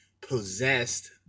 possessed